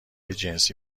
جنسی